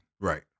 Right